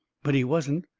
but he wasn't,